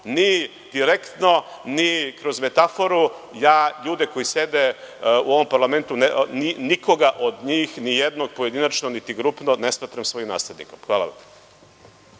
ni direktno ni kroz metaforu i ja ljude koji sede u ovom parlamentu, nikoga od njih, nijednog pojedinačno niti grupno ne smatram svojim naslednikom. Hvala.